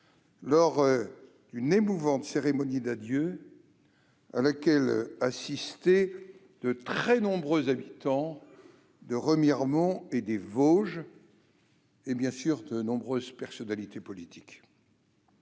lors de cette émouvante cérémonie d'adieu à laquelle assistaient de très nombreux habitants de Remiremont et des Vosges, ainsi bien sûr que de nombreuses personnalités politiques.